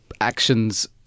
actions